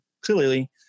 clearly